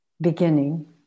beginning